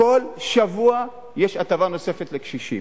כל שבוע יש הטבה נוספת לקשישים.